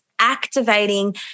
Activating